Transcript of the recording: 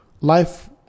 life